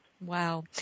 Wow